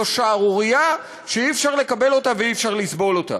זו שערורייה שאי-אפשר לקבל אותה ואי-אפשר לסבול אותה.